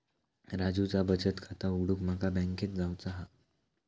राजूचा बचत खाता उघडूक माका बँकेत जावचा हा